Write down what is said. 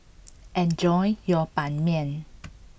enjoy your Ban Mian